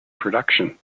production